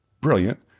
brilliant